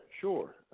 sure